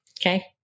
Okay